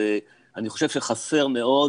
אני חושב שחסר מאוד